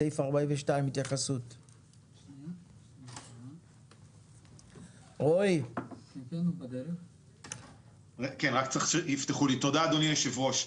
התייחסות לסעיף 42. תודה אדוני היושב ראש.